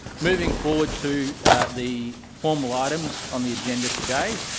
moving forward to the formal items on the agenda today,